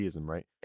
right